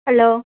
hello